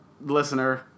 listener